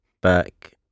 back